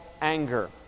anger